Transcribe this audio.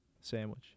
sandwich